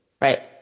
Right